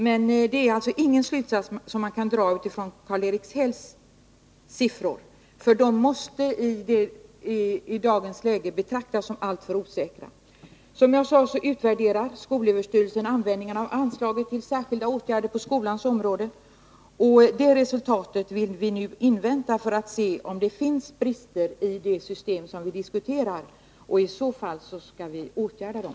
Men det är ingen slutsats som man kan dra av Karl-Erik Hälls siffror — de måste i dagens läge betraktas som alltför osäkra. Som jag sade utvärderar skolöverstyrelsen användningen av anslaget till särskilda åtgärder på skolans område. Resultatet av den utvärderingen vill vi nu invänta för att se om det finns brister i det system som vi diskuterar. I så fall skall vi som sagt åtgärda dem.